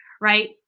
right